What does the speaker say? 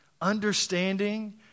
understanding